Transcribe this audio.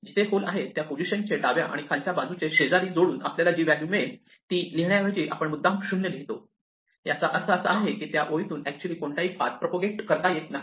जिथे होल आहे त्या पोझिशन चे डाव्या आणि खालच्या बाजूचे शेजारी जोडून आपल्याला जी व्हॅल्यू मिळेल ती लिहिण्याऐवजी आपण मुद्दाम 0 लावतो कारण याचा अर्थ असा की त्या ओळीतून अॅक्च्युअली कोणताही पाथ प्रपोगेट करता येत नाही